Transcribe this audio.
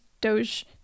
Doge